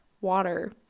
water